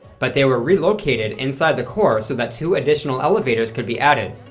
but they were re-located inside the core so that two additional elevators could be added.